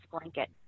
blanket